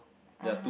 (uh huh)